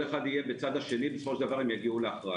כל אחד יהיה בצד השני - בסופו של דבר יגיעו להחלטה.